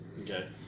Okay